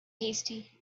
hasty